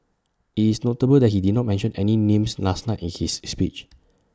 IT is notable that he did not mention any names last night in his speech